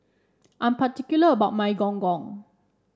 I'm particular about my Gong Gong